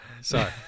Sorry